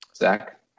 Zach